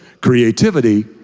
Creativity